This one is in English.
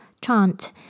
chant